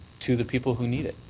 to the people who need it.